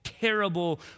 Terrible